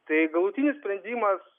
tai galutinis sprendimas